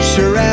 Sure